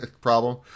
problem